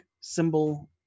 symbol